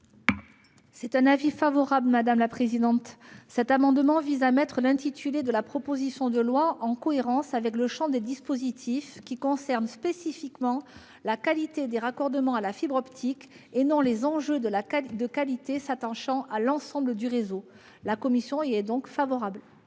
est l'avis de la commission ?. Cet amendement vise à rendre l'intitulé de la proposition de loi cohérent avec le champ des dispositifs, qui concernent spécifiquement la qualité des raccordements à la fibre optique et non les enjeux de qualité s'attachant à l'ensemble du réseau. La commission y est donc favorable.